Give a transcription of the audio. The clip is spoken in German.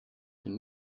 dem